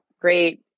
great